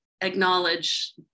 acknowledge